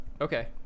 Okay